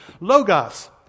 Logos